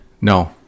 No